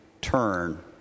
turn